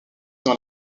dans